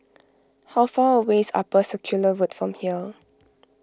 how far away is Upper Circular Road from here